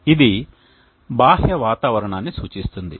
ఇది బాహ్య వాతావరణాన్ని సూచిస్తుంది